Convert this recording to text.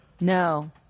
No